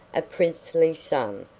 a princely sum,